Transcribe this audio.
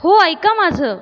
हो ऐका माझं